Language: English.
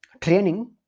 training